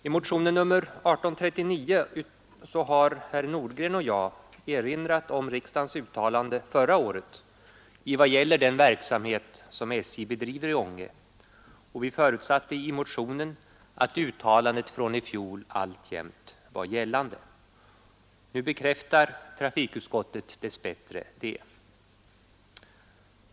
I motionen 1839 har herr Nordgren och jag erinrat om riksdagens uttalande förra året i vad gäller den verksamhet SJ bedriver i Ånge, och vi förutsatte att uttalandet från i fjol alltjämt var gällande. Nu bekräftar trafikutskottet dess bättre detta.